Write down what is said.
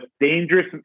dangerous